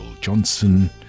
Johnson